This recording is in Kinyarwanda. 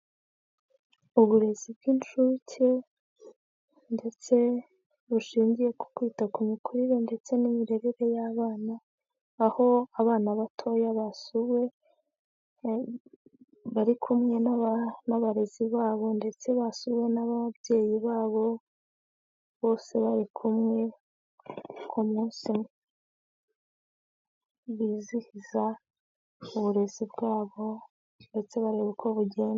Uburezi bw'inshuke ndetse bushingiye ku kwita ku mikurire ndetse n'imirere y'abana, aho abana batoya basuwe bari kumwe n'abarezi babo ndetse basuwe n'ababyeyi babo bose bari kumwe ku munsi bizihiza uburezi bwabo ndetse bareba uko bugenda.